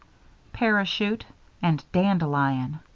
parachute and dandelion.